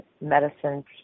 medicines